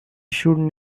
should